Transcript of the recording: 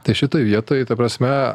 tai šitoj vietoj ta prasme